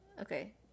Okay